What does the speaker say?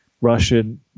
russian